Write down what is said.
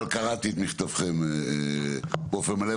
אבל קראתי את מכתבכם באופן מלא.